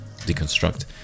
deconstruct